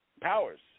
powers